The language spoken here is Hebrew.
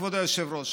כבוד היושב-ראש,